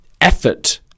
effort